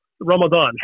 Ramadan